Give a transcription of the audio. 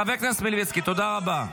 --- חבר הכנסת מלביצקי, תודה רבה.